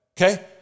okay